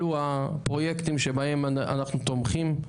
אלה הם הפרויקטים שבהם אנחנו תומכים,